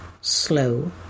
slow